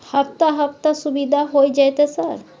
हफ्ता हफ्ता सुविधा होय जयते सर?